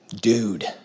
dude